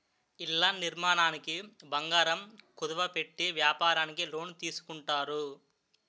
ఇళ్ల నిర్మాణానికి బంగారం కుదువ పెట్టి వ్యాపారానికి లోన్ తీసుకుంటారు